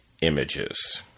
images